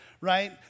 right